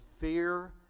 fear